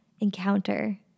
encounter